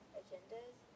agendas